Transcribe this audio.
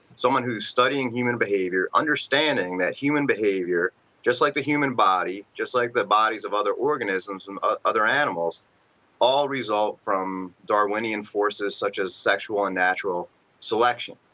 someone who is studying human behavior understanding that human behavior just like the human body, just like the bodies of other organisms and ah other animals all result from darwinian forces such as sexual and natural selection.